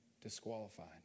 disqualified